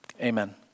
Amen